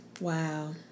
Wow